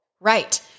Right